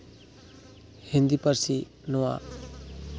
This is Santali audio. ᱦᱤᱱᱫᱤ ᱯᱟᱹᱨᱥᱤ ᱱᱚᱣᱟ